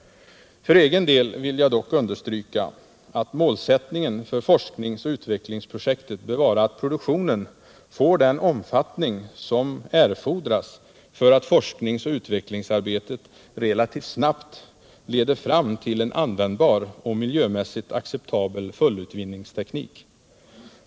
För egen del vill jag dock understryka att målsättningen för forskningsoch utvecklingsprojektet bör vara att produktionen får den omfattning som erfordras för att forskningsoch utvecklingsarbetet relativt snabbt skall leda fram till en användbar och miljömässigt aceceptabel fullutvinningsteknik.